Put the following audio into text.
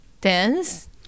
dance